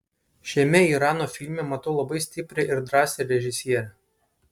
šiame irano filme matau labai stiprią ir drąsią režisierę